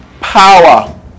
power